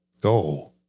go